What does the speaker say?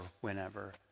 whenever